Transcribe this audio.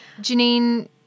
Janine